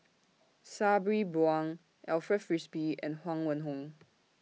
Sabri Buang Alfred Frisby and Huang Wenhong